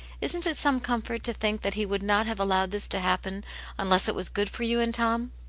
isn't it some comfort to think that he would not have allowed this to happen unless it was good for you and tom?